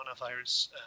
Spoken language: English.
coronavirus